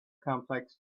complex